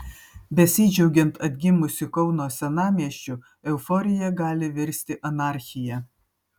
besidžiaugiant atgimusiu kauno senamiesčiu euforija gali virsti anarchija